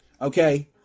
okay